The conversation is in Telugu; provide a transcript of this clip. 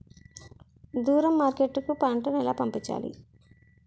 దూరం మార్కెట్ కు పంట ను ఎలా పంపించాలి?